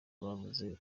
bavuze